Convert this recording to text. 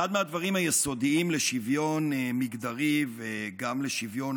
שאחד מהדברים היסודיים לשוויון מגדרי וגם לשוויון,